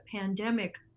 pandemic